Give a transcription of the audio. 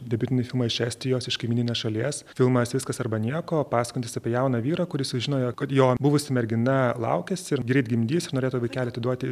debiutinį filmą iš estijos iš kaimyninės šalies filmas viskas arba nieko pasakojantis apie jauną vyrą kuris sužinojo kad jo buvusi mergina laukiasi ir greit gimdys ir norėtų vaikelį atiduoti